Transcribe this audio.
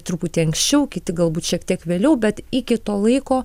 truputį anksčiau kiti galbūt šiek tiek vėliau bet iki to laiko